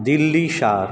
दिल्ली शार